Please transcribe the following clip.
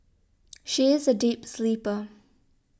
she is a deep sleeper